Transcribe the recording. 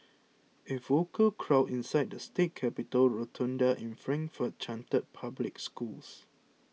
a vocal crowd inside the state capitol rotunda in Frankfort chanted public schools